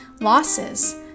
losses